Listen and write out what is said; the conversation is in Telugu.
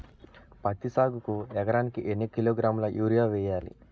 పత్తి సాగుకు ఎకరానికి ఎన్నికిలోగ్రాములా యూరియా వెయ్యాలి?